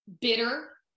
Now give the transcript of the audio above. bitter